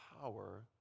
power